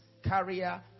career